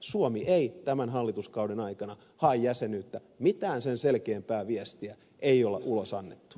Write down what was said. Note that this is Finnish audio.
suomi ei tämän hallituskauden aikana hae jäsenyyttä mitään sen selkeämpää viestiä ei ole ulos annettu